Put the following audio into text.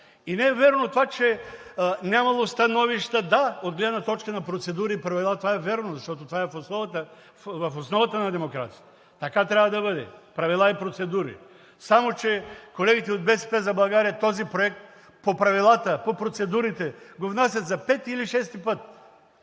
И не е вярно това, че нямало становища! Да, от гледна точка на процедури и правила е вярно, защото това е в основата на демокрацията, така трябва да бъде – правила и процедури. Само че колегите от „БСП за България“ този проект по правилата, по процедурите го внасят за пети или шести път!